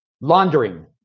laundering